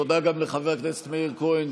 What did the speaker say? תודה גם לחבר הכנסת מאיר כהן,